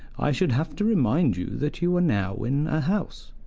i should have to remind you that you are now in a house.